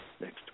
next